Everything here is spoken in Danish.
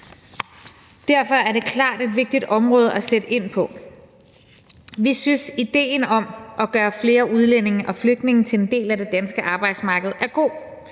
Derfor er det klart et vigtigt område at sætte ind på. Vi synes, at idéen om at gøre flere udlændinge og flygtninge til en del af det danske arbejdsmarked er god.